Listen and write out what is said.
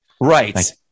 Right